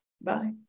Bye